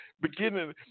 beginning